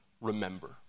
remember